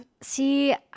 see